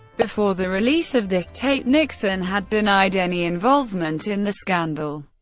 before the release of this tape, nixon had denied any involvement in the scandal.